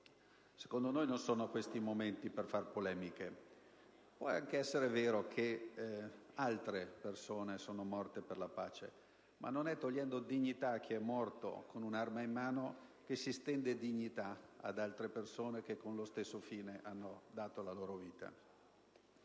Secondo noi non sono questi i momenti per fare polemiche. Può anche essere vero che altre persone sono morte per la pace, ma non è togliendo dignità a chi è morto con un'arma in mano che si estende dignità ad altre persone che per lo stesso fine hanno dato la vita.